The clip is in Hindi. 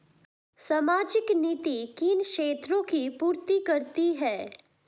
सामाजिक नीति किन क्षेत्रों की पूर्ति करती है?